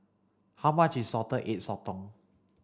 how much is salted egg Sotong